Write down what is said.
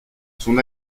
son